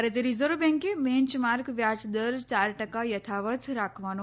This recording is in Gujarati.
ભારતીય રિઝર્વ બેંકે બેંચમાર્ક વ્યાજદર ચાર ટકા યથાવત્ રાખવાનો